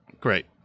Great